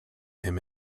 him